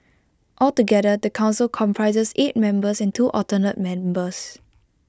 altogether the Council comprises eight members and two alternate members